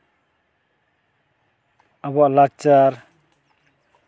ᱟᱵᱚᱣᱟᱜ ᱞᱟᱠᱪᱟᱨ